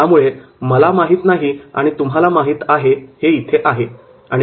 त्यामुळे 'मला माहित नाही आणि तुम्हाला माहित आहे' हे आहे